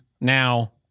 now